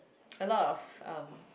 a lot of um